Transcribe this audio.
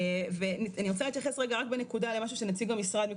אני רוצה להתייחס רגע רק בנקודה למה שנציג המשרד,